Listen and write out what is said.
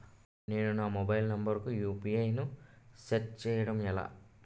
నేను నా mobile number కుయు.పి.ఐ ను సెట్ చేయడం ఎలా?